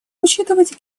учитывать